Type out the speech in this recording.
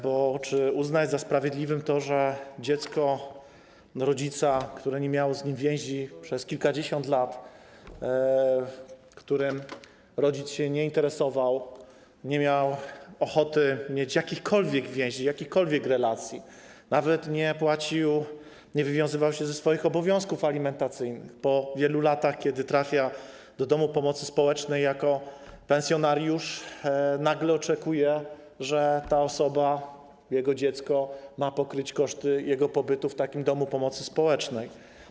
Bo czy uznać za sprawiedliwe to, że rodzic dziecka, które nie miało z nim więzi przez kilkadziesiąt lat, którym rodzic się nie interesował, z którym nie miał ochoty mieć jakichkolwiek więzi, jakichkolwiek relacji, nawet nie płacił, nie wywiązywał się ze swoich obowiązków alimentacyjnych, po wielu latach, kiedy trafia do domu pomocy społecznej jako pensjonariusz, nagle oczekuje, że jego dziecko pokryje koszty jego pobytu w takim domu pomocy społecznej?